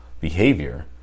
behavior